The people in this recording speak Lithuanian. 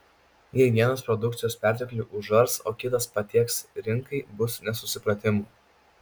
jei vienas produkcijos perteklių užars o kitas patieks rinkai bus nesusipratimų